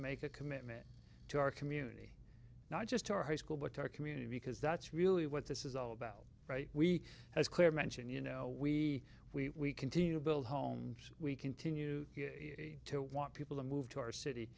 make a commitment to our community not just to our high school but to our community because that's really what this is all about right we as clear mentioned you know we we continue to build homes we continue to want people to move to our city